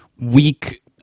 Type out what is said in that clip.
weak